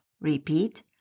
Repeat